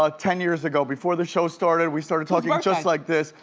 ah ten years ago before the show started. we started talking just like this.